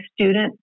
student